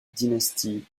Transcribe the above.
dynastie